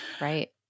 Right